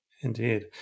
indeed